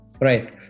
Right